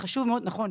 חשוב מאוד ונכון,